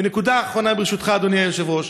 ונקודה אחרונה, ברשותך, אדוני היושב-ראש: